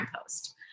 post